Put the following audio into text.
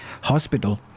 hospital